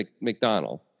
McDonald